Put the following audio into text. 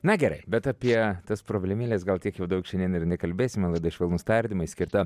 na gerai bet apie tas problemėles gal tiek jau daug šiandien ir nekalbėsim laida švelnūs tardymai skirta